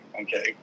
Okay